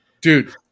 Dude